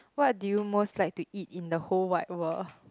what do you most like to eat in the whole wide world